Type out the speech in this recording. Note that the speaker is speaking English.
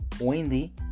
windy